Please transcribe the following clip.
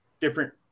different